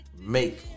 Make